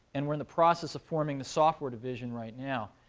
and we're in the process of forming the software division right now,